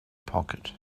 pocket